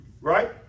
Right